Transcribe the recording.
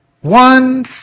One